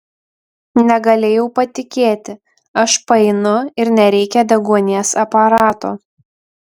negalėjau patikėti aš paeinu ir nereikia deguonies aparato